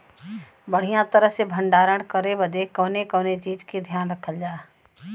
बढ़ियां तरह से भण्डारण करे बदे कवने कवने चीज़ को ध्यान रखल जा?